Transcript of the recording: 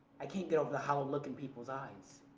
i can't get over the hollow look in people's eyes.